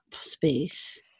space